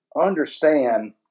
understand